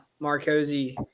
Marcosi